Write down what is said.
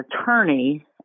attorney